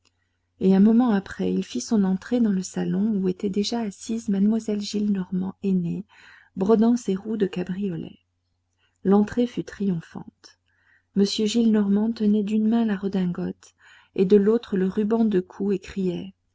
et un moment après il fit son entrée dans le salon où était déjà assise mlle gillenormand aînée brodant ses roues de cabriolet l'entrée fut triomphante m gillenormand tenait d'une main la redingote et de l'autre le ruban de cou